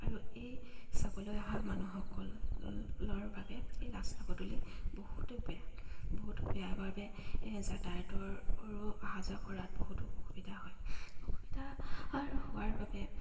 আৰু এই চাবলৈ অহা মানুহসকল লোৱাৰ বাবে এই ৰাস্তা পদূলি বহুতো বেয়া বহুতো বেয়া বাবে যাতায়তৰো অহা যোৱা কৰাত বহুতো অসুবিধা হয় অসুবিধা হোৱাৰ বাবে